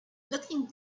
looking